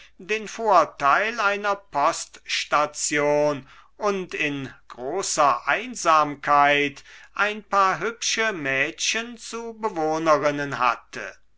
den vorteil einer poststation und in großer einsamkeit ein paar hübsche mädchen zu bewohnerinnen hatte